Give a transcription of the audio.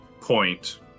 point